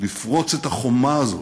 לפרוץ את החומה הזאת,